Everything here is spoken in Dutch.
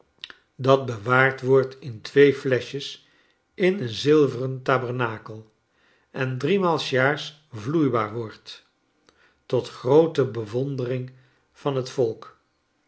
dat bewaard wordt in twee fleschjes in een zilveren tabernakel en driemaal s jaars vloeibaar wordt tot groote bewondering van het volk